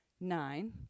nine